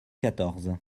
quatorze